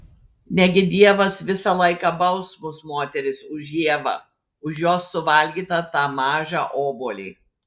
negi dievas visą laiką baus mus moteris už ievą už jos suvalgytą tą mažą obuolį